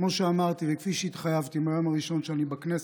כמו שאמרתי וכפי שהתחייבתי מהיום הראשון שאני בכנסת,